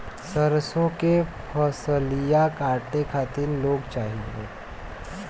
सरसो के फसलिया कांटे खातिन क लोग चाहिए?